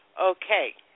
Okay